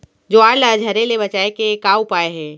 ज्वार ला झरे ले बचाए के का उपाय हे?